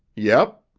yep.